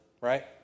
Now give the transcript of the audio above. right